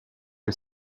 que